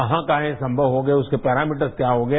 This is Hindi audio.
कहां कहां ये संभव होगा उसके पैरामीटर्स क्या होंगे